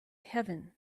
heaven